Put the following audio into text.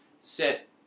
set